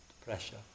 pressure